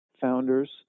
founders